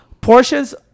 portions